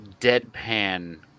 deadpan